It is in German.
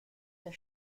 der